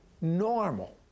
normal